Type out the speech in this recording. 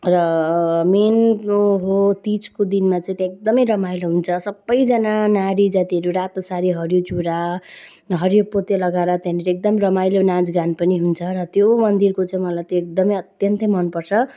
र मेन हो तिजको दिनमा चाहिँ त्यहाँ एकदमै रमाइलो हुन्छ सबैजना नारी जातिहरू रातो साडी हरियो चुरा हरियो पोते लगाएर त्यहाँनिर एकदम रमाइलो नाचगान पनि हुन्छ र त्यो मन्दिरको चाहिँ मलाई त्यो एकदमै अत्यन्तै मनपर्छ